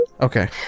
Okay